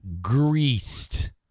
greased